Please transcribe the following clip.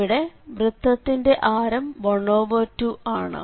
ഇവിടെ വൃത്തത്തിന്റെ ആരം 12 ആണ്